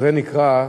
זה נקרא: